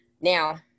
Now